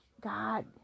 God